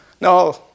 No